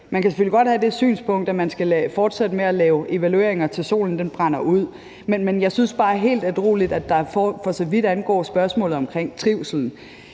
Man kan selvfølgelig godt have det synspunkt, at man skal fortsætte med at lave evalueringer, til solen brænder ud, men helt ædrueligt vil jeg sige, at der, for så vidt angår spørgsmålet om eksempelvis trivsel